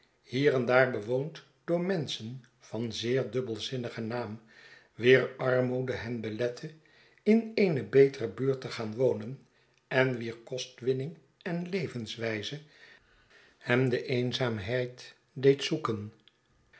hier en daar bewoond door menschen van zeer dubbelzinnigen naam wier armoede hen belette in eene betere buurt te gaan wonen en wier kostwinning en levenswijze hen de eenzaamheid deed zoeken